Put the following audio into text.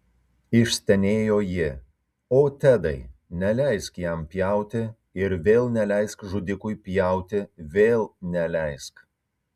išstenėjo ji o tedai neleisk jam pjauti ir vėl neleisk žudikui pjauti vėl neleisk